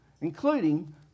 including